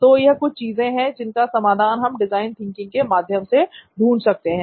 तो यह कुछ चीजें हैं जिनका समाधान हम डिजाइन थिंकिंग के माध्यम से ढूंढ सकते हैं